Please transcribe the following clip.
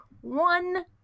one